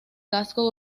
casco